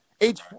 Age